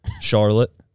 charlotte